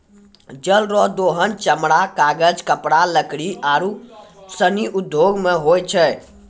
जल रो दोहन चमड़ा, कागज, कपड़ा, लकड़ी आरु सनी उद्यौग मे होय छै